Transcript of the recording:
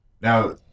now